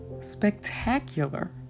spectacular